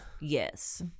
Yes